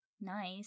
nice